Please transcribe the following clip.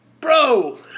Bro